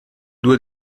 due